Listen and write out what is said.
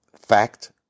fact